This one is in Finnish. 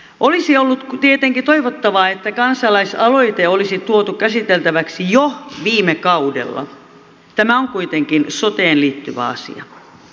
olisi ollut tietenkin toivottavaa että kansalaisaloite olisi tuotu käsiteltäväksi jo viime kaudella tämä on kuitenkin soteen liittyvä asia